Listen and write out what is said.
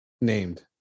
named